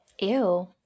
Ew